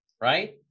right